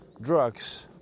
drugs